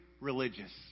religious